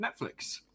Netflix